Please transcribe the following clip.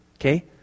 okay